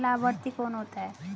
लाभार्थी कौन होता है?